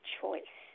choice